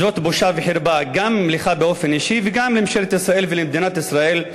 זאת בושה וחרפה גם לך באופן אישי וגם לממשלת ישראל ולמדינת ישראל,